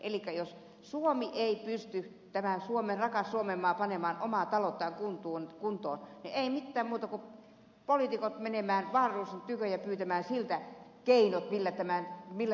elikkä jos suomi ei pysty tämä rakas suomenmaa panemaan omaa talouttaan kuntoon niin ei ole mitään muuta keinoa kuin että poliitikot menevät wahlroosin tykö ja pyytävät häneltä keinot millä tämä talous saadaan kuntoon